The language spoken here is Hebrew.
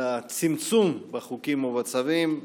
על הצמצום בחוקים ובצווים.